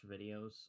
videos